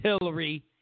Hillary